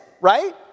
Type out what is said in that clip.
right